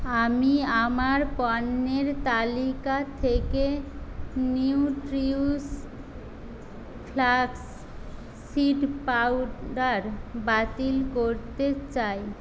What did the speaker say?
আমি আমার পণ্যের তালিকা থেকে নিউট্রিউইশ ফ্লাক্স সীড পাউডার বাতিল করতে চাই